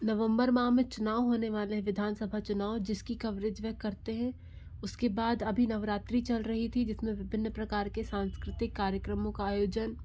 नवंबर माह में चुनाव होने वाले है विधान सभा चुनाव जिसकी कवरेज वह करते हैं उसके बाद अभी नवरात्री चल रही थी जिसमे विभिन्न प्रकार के सांस्कृतिक कार्यक्रमों का आयोजन